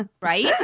Right